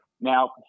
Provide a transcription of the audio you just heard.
Now